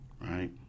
Right